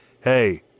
hey